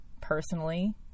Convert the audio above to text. personally